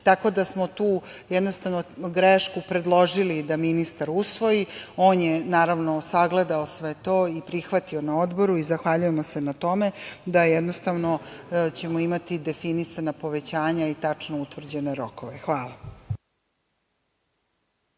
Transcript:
tako da smo tu grešku predložili da ministar usvoji. On je, naravno, sagledao sve to i prihvatio na Odboru i zahvaljujemo se na tome. Jednostavno ćemo imati definisana povećanja i tačno utvrđene rokove. Hvala.